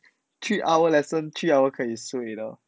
three hour lesson three hour 可以睡的